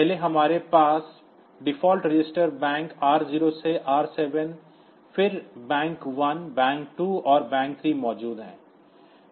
पहले हमारे पास डिफ़ॉल्ट रजिस्टर बैंक R0 से R7 फिर बैंक 1 बैंक 2 और बैंक 3 मौजूद है